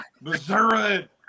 Missouri